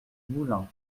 moulins